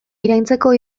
iraintzeko